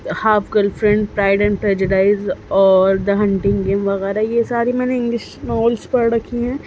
half girlfriend pride and prejudice اور the hunting game وغیرہ یہ ساری میں نے انگلش ناولس پڑھ رکھی ہیں